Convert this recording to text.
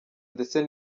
ndetse